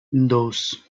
dos